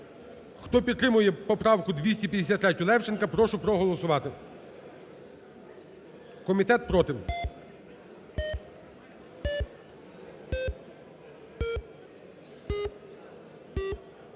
Хто підтримує поправку 253 Левченка, прошу проголосувати. Комітет проти.